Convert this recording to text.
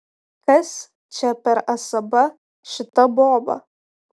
kas čia per asaba šita boba